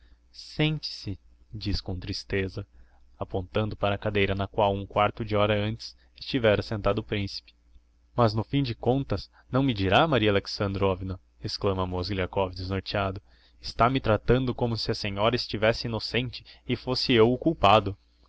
com tristeza apontando para a cadeira na qual um quarto de hora antes estivéra sentado o principe mas no fim de contas não me dirá maria alexandrovna exclama mozgliakov desnorteado está-me tratando como se a senhora estivesse innocente e fosse eu o culpado